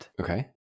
okay